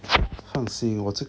放心